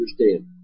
understand